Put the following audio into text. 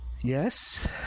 Yes